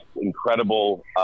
incredible